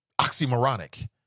oxymoronic